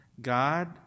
God